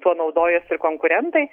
tuo naudojas ir konkurentai